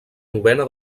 novena